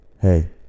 Hey